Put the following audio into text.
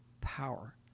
power